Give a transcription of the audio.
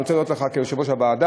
אני רוצה להודות לך כיושב-ראש הוועדה,